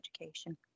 education